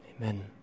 amen